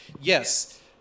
yes